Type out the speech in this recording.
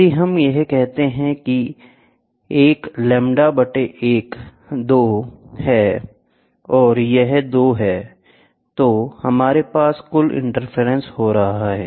यदि हम यह कहते हैं एक λ 2 है और यह 2 है तो हमारे पास कुल इंटरफेरेंस हो रहा है